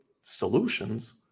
solutions